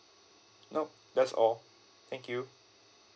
nope that's all thank you